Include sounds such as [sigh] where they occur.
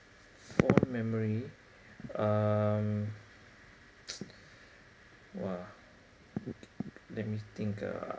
fond memory um [noise] !wah! let me think ah